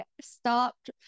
stopped